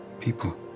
people